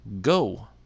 Go